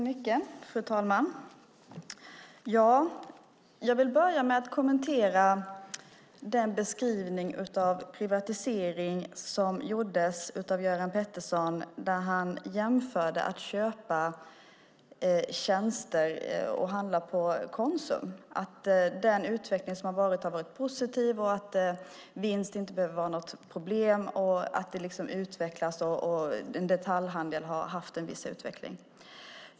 Fru talman! Jag vill kommentera den beskrivning av privatisering som Göran Pettersson gjorde när han jämförde upphandling av tjänster med att handla på Konsum. Han sade att den utveckling som har skett har varit positiv, att vinst inte behöver vara något problem och att detaljhandeln har haft en viss utveckling.